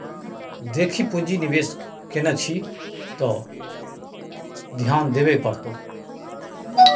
देखी पुंजी निवेश केने छी त ध्यान देबेय पड़तौ